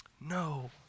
No